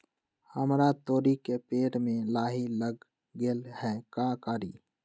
हमरा तोरी के पेड़ में लाही लग गेल है का करी?